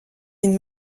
une